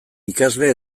ikasle